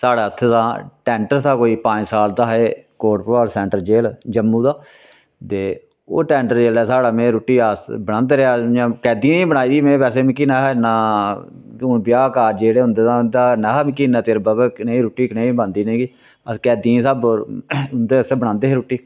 साढ़ै उत्थैं दा टैंडर था कोई पंज साल दा हा एह् कोट भडवाल सैंट्रल जेह्ल जम्मू दा ते ओह् टैंडर जेल्लै साढ़ा में रुट्टी अस बनांदे रेहा इ'यां कैदियें बी बनाई ही में बैसे मिकी नेहा इन्ना हून ब्याह् कारज जेह्ड़े होंदे तां उंदा नेहा मिकी इन्ना तजरबा ब कनेही रुट्टी कनेई रुटटी बनदी अस कैदियें स्हाबै पर उंदे आस्तै बनांदे हे रुट्टी